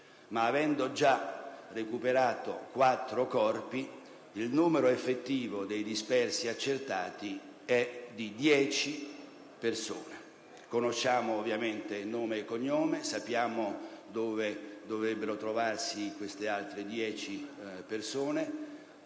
avendo già recuperato i quattro corpi, il numero effettivo dei dispersi accertati è di 10. Conosciamo ovviamente il nome e il cognome, sappiamo dove dovrebbero trovarsi queste altre dieci persone.